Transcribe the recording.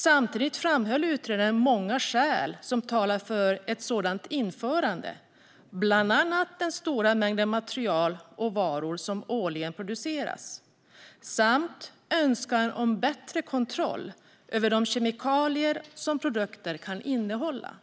Samtidigt framhöll utredaren många skäl som talar för ett sådant införande, bland annat den stora mängd material och varor som årligen produceras samt önskan om bättre kontroll över de kemikalier som produkter kan innehålla.